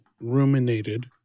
ruminated